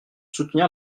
soutenir